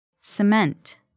Cement